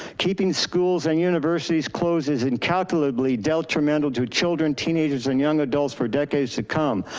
keeping schools and universities closed is incalculably detrimental to children, teenagers, and young adults for decades to come.